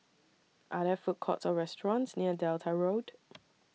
Are There Food Courts Or restaurants near Delta Road